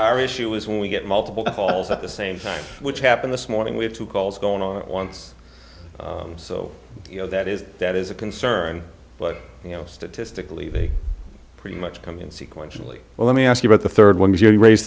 our issue is when we get multiple calls at the same time which happened this morning we have two calls going on once so you know that is that is a concern but you know statistically they pretty much come in sequence usually well let me ask you about the rd one which you ra